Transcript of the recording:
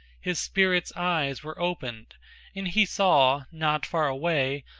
his spirit's eyes were opened and he saw not far away,